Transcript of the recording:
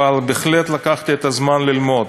אבל בהחלט לקחתי את הזמן ללמוד.